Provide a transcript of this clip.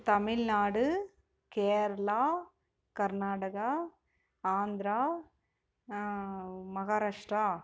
Tamil Nadu Kerala Karnataka Andhra Maharashtra